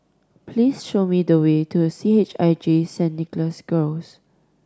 please show me the way to C H I J Saint Nicholas Girls